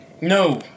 No